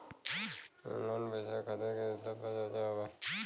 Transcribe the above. Online पैसा खातिर विषय पर चर्चा वा?